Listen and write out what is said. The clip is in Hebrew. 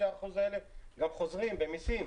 5% האלה גם חוזרים במיסים,